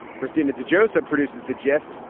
christina joseph produces the gist.